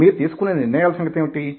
మీరు తీసుకునే నిర్ణయాల సంగతేమిటి